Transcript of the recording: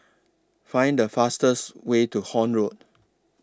Find The fastest Way to Horne Road